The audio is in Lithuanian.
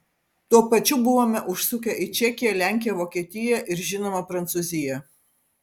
tuo pačiu buvome užsukę į čekiją lenkiją vokietiją ir žinoma prancūziją